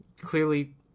clearly